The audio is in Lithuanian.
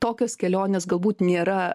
tokios kelionės galbūt nėra